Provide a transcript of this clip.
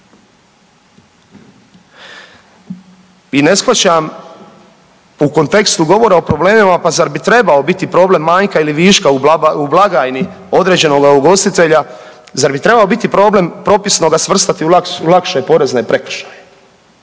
I ne shvaćam u kontekstu govora o problemima, pa zar bi trebao biti problem manjka ili viška u blagajni određenoga ugostitelja, zar bi trebao biti problem propisno ga svrstati u lakše porezne prekršaje,